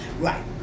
Right